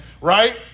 right